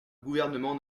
gouvernement